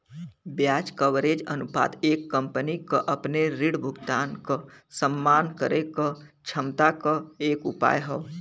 ब्याज कवरेज अनुपात एक कंपनी क अपने ऋण भुगतान क सम्मान करे क क्षमता क एक उपाय हौ